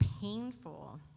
painful